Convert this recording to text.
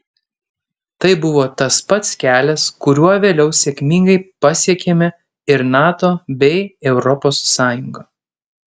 tai buvo tas pats kelias kuriuo vėliau sėkmingai pasiekėme ir nato bei europos sąjungą